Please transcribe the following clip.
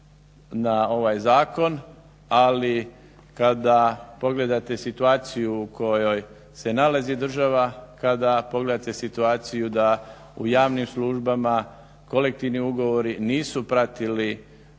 na ovaj zakon, ali kada pogledate situaciju u kojoj se nalazi država, kada pogledate situaciju da u javnim službama kolektivni ugovori nisu pratili